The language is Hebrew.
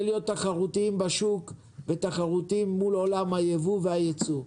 להיות תחרותיים בשוק ותחרותיים מול עולם הייבוא והייצוא.